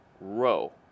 row